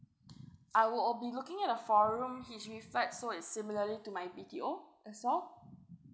I will all be looking at a four room H_D_B flats so it's similarly to my B_T_O that's all